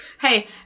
hey